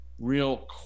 real